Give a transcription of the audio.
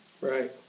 Right